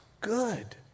good